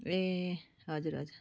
ए हजुर हजुर